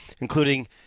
including